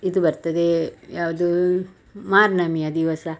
ಇದು ಬರ್ತದೇ ಯಾವುದು ಮಾರ್ನಮಿಯ ದಿವಸ